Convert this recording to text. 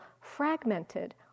fragmented